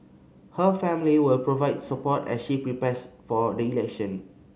her family will provide support as she prepares for the election